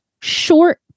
short